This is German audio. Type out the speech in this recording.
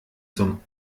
zum